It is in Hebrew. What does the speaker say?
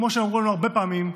כמו שאמרו לנו הרבה פעמים,